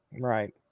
Right